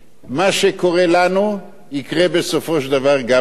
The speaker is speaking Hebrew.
מה שקורה לנו, יקרה בסופו של דבר גם לכם.